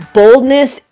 boldness